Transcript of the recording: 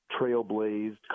trailblazed